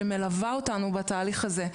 שמלווה אותנו בתהליך הזה.